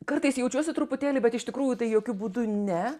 kartais jaučiuosi truputėlį bet iš tikrųjų tai jokiu būdu ne